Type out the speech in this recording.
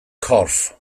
corff